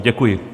Děkuji.